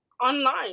online